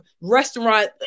restaurant